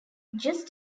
just